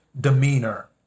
demeanor